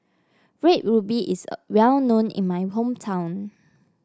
Red Ruby is a well known in my hometown